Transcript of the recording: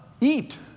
eat